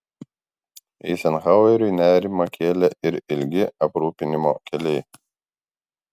eizenhaueriui nerimą kėlė ir ilgi aprūpinimo keliai